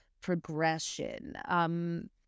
progression